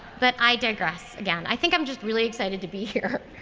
but i digress again. i think i'm just really excited to be here.